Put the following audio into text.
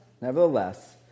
nevertheless